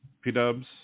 P-Dubs